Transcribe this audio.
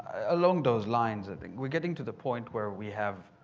along those lines i think we're getting to the point where we have